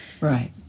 Right